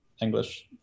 English